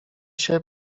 się